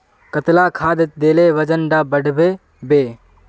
कतला खाद देले वजन डा बढ़बे बे?